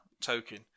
token